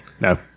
No